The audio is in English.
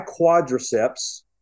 quadriceps